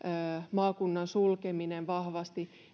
maakunnan sulkeminen vahvasti